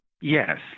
Yes